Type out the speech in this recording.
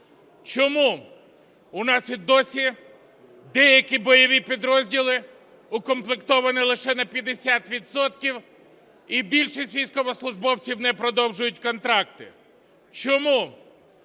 Чому у нас і досі деякі бойові підрозділи укомплектовані лише на 50 відсотків і більшість військовослужбовців не продовжують контракти? Чому